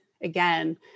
again